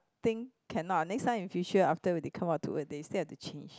think cannot ah next time in future after when they come out to work they still have to change